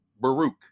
Baruch